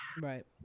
Right